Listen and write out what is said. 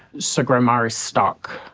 so grandma is stuck.